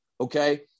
Okay